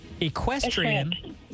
Equestrian